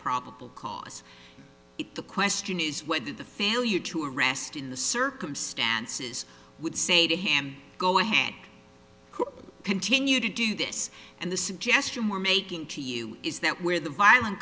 probable cause it the question is whether the failure to rest in the circumstances would say to him go ahead continue to do this and the suggestion we're making to you is that where the viol